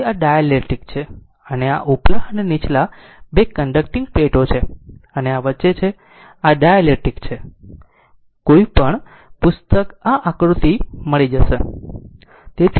તેથી આ ડાઇલેક્ટ્રિક છે અને આ ઉપલા અને નીચલા બે કન્ડકટીંગ પ્લેટો છે અને આ વચ્ચે છે આ ડાઇલેક્ટ્રિક છે કોઈ પણ પુસ્તક આ આકૃતિ મળશે